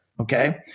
Okay